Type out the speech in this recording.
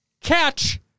Catch